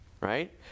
right